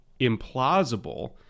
implausible